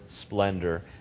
splendor